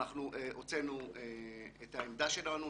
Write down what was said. אנחנו הוצאנו את העמדה שלנו,